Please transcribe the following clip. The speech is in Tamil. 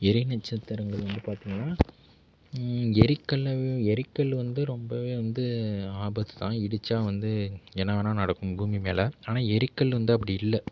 எரிநட்சத்திரங்கள் வந்து பார்த்திங்கன்னா எரிக்கல் எரிக்கல் வந்து ரொம்பவே வந்து ஆபத்துதான் இடித்தா வந்து என்ன வேணால் நடக்கும் பூமிமேல் ஆனால் எரிக்கல் வந்து அப்படி இல்லை